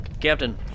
Captain